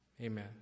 Amen